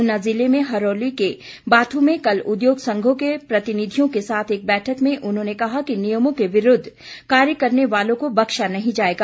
ऊना जिले में हरौली के बाथू में कल उद्योग संघों के प्रतिनिधियों के साथ एक बैठक में उन्होंने कहा कि नियमों के विरूद्व कार्य करने वालों को बख्शा नहीं जाएगा